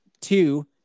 two